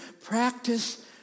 Practice